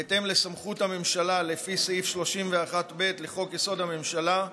בהתאם לסמכות הממשלה לפי סעיף 31(ב) לחוק-יסוד: הממשלה,